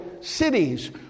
cities